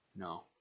No